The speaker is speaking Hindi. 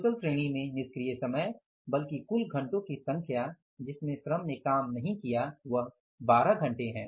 कुशल श्रेणी में निष्क्रिय समय बल्कि कुल घंटों की संख्या जिसमे श्रम काम नहीं कर सका 12 घंटे है